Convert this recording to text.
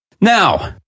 Now